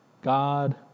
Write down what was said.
God